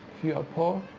you are poor,